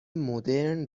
مدرن